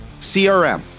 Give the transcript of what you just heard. CRM